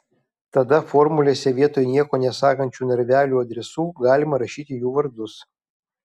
tada formulėse vietoj nieko nesakančių narvelių adresų galima rašyti jų vardus